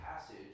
passage